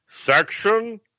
Section